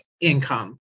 income